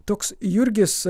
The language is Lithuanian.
toks jurgis